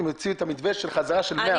הם יוציאו את המתווה של חזרה של מאה אחוז.